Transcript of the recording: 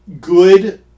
good